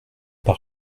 par